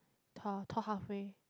tore tore halfway